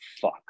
fuck